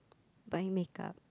buying makeup